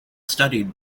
studied